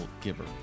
giver